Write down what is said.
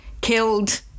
killed